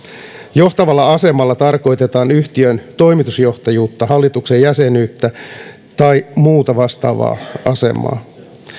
johtavalla asemalla tarkoitetaan yhtiön toimitusjohtajuutta hallituksen jäsenyyttä tai muuta vastaavaa asemaa